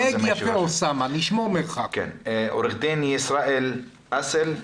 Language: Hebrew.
עורך הדין ישראל אסל,